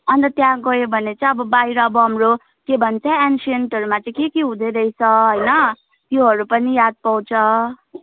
अन्त त्यहाँ गयो भने चाहिँ अब बाहिर अब हाम्रो के भन्छ एनसियन्टहरूमा चाहिँ के के हुँदै रहेछ होइन त्योहरू पनि याद पाउँछ